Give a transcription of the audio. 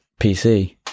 PC